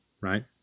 Right